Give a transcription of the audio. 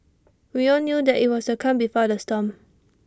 we all knew that IT was the calm before the storm